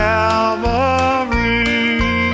Calvary